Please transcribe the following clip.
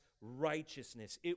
righteousness